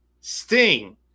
Sting